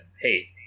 hey